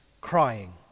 crying